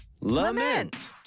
lament